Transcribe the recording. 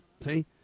See